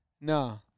No